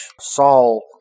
Saul